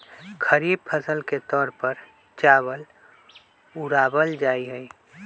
खरीफ फसल के तौर पर चावल उड़ावल जाहई